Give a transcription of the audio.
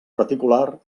reticular